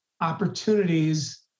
opportunities